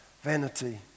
Vanity